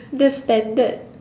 just standard